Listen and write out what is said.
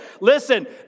Listen